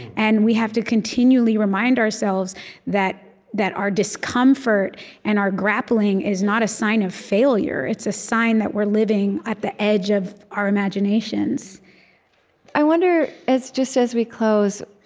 and we have to continually remind ourselves that that our discomfort and our grappling is not a sign of failure. it's a sign that we're living at the edge of our imaginations i wonder, just as we close,